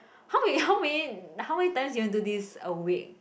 how wait how many how many times you want do this a week